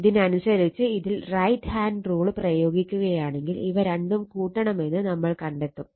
ഇതിനനുസരിച്ച് ഇതിൽ right hand rule പ്രയോഗിക്കുകയാണെങ്കിൽ ഇവ രണ്ടും കൂട്ടണമെന്ന് നമ്മൾ കണ്ടെത്തും